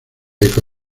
eco